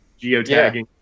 geotagging